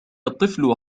الطفل